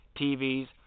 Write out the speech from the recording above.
TVs